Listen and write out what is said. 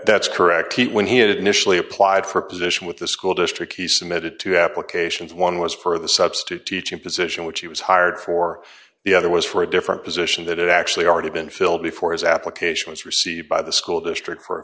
that's correct when he had initially applied for a position with the school district he submitted two applications one was for the substitute teaching position which he was hired for the other was for a different position that it actually already been filled before his application was received by the school district for